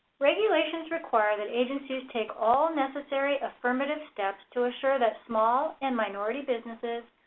regulations require that agencies take all necessary affirmative steps to assure that small and minority businesses,